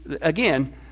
again